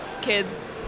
kids